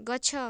ଗଛ